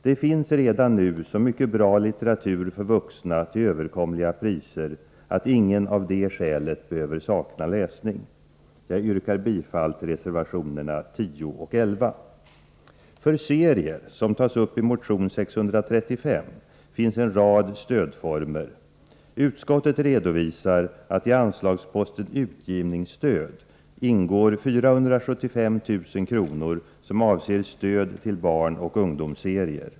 Det finns redan så mycket bra litteratur för vuxna till överkomliga priser att ingen av det skälet behöver sakna läsning. Jag yrkar bifall till reservationerna 10 och 11. För serier, som tas upp i motion 635, finns en rad stödformer. Utskottet redovisar att i anslagsposten Utgivningsstöd ingår 475 000 kr. som avser stöd till barnoch ungdomsserier.